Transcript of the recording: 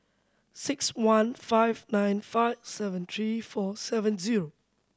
six one five nine five seven three four seven zero